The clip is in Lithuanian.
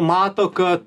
mato kad